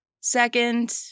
Second